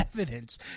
evidence